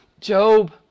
Job